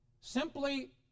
simply